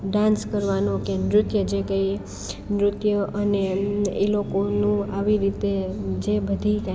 dance કરવાનો કે નૃત્ય જે કહીએ નૃત્યો અને એ લોકોનું આવી રીતે જે બધી કંઈ